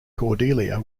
cordelia